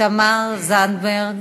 תמר זנדברג,